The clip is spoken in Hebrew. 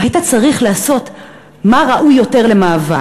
והיית צריך להחליט מה ראוי יותר למאבק.